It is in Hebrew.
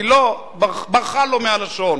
היא ברחה לו מהלשון.